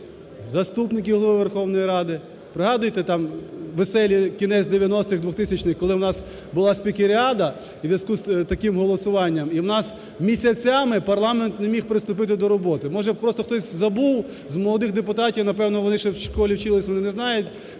заступників Голови Верховної Ради. Пригадуєте, там "веселі" кінець 90-х і 2000-й, коли у нас була спікеріада у зв'язку з таким голосуванням і в нас місяцями парламент не міг приступити до роботи, може просто хтось забув? З молодих депутатів, напевно, вони ще в школі вчилися, вони не знають